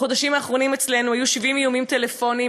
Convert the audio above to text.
בחודשים האחרונים אצלנו היו 70 איומים טלפוניים